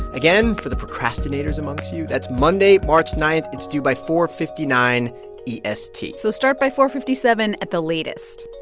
again, for the procrastinators amongst you, that's monday, march nine. it's due by four fifty nine est so start by four fifty seven at the latest